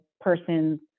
person's